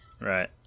Right